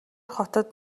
хотод